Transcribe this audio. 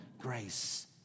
grace